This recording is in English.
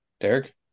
Derek